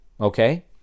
okay